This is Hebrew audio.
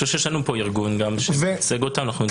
יש כאן ארגון שמייצג אותם.